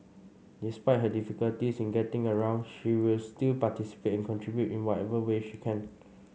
despite her difficulties in getting around she will still participate and contribute in whatever way she can